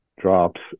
drops